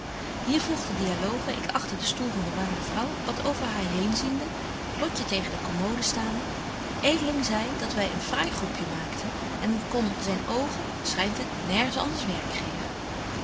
de dialoge ik agter de stoel van de waarde vrouw wat over haar heen ziende lotje tegen de commode staande edeling zei dat wy een fraai groupje maakten en kon zyn oogen schynt het nergens anders werk geven